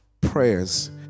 prayers